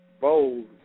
bold